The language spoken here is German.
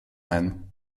ein